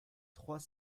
trois